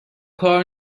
کار